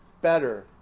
Better